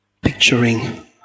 picturing